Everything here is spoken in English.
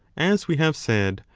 as we have said,